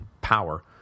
power